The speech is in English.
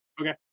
Okay